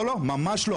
ממש לא.